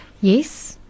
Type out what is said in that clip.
Yes